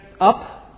up